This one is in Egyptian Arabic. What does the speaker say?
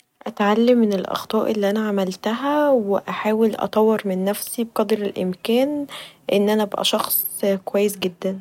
أتعلم من الأخطاء اللي أنا عملتها و أحاول أتطور من نفسي بقدر إلامكان أن أنا ابقي شخص كويس جدا.